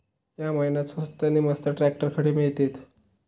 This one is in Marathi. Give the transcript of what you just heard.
या महिन्याक स्वस्त नी मस्त ट्रॅक्टर खडे मिळतीत?